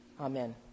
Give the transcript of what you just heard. Amen